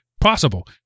possible